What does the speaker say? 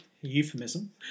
Euphemism